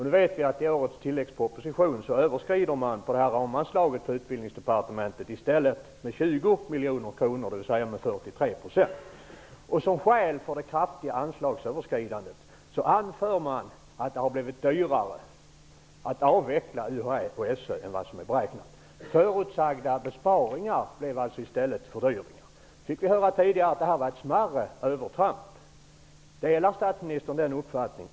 Vi vet att man i årets tilläggsproposition överskrider anslaget på Som skäl för detta kraftiga anslagsöverskridande anför man att det har blivit dyrare att avveckla UHÄ och SÖ än vad som var beräknat. Förutsagda besparingar blev alltså i stället fördyringar. Vi fick höra tidigare att det här var ett smärre övertramp. Delar statsministern den uppfattningen?